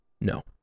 No